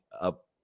up